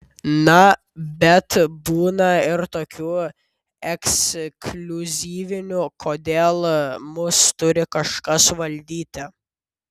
na bet būna ir tokių ekskliuzyvinių kodėl mus turi kažkas valdyti